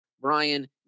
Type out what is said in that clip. Brian